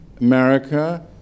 America